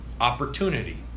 opportunity